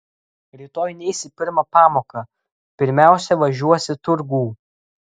rytoj neis į pirmą pamoką pirmiausia važiuos į turgų